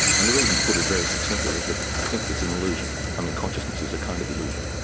and the reason, to put it very succinctly, is that i think it's an illusion, i mean consciousness is a kind of illusion.